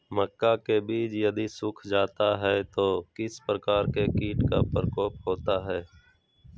मक्का के बिज यदि सुख जाता है तो किस प्रकार के कीट का प्रकोप होता है?